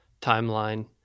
timeline